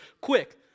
quick